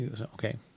Okay